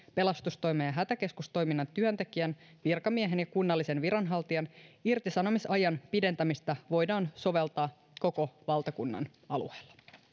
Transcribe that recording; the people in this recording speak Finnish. pelastustoimen ja hätäkeskustoiminnan työntekijän virkamiehen ja kunnallisen viranhaltijan irtisanomisajan pidentämistä voidaan soveltaa koko valtakunnan alueella